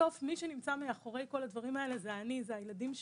ובסוף מי שנמצא מאחורי כל הדברים האלה זה אני והילדים שלי,